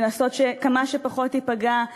לנסות שכמה שפחות ייפגע.